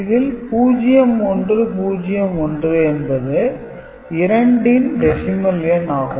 இதில் 0101 என்பது 2 ன் டெசிமல் எண் ஆகும்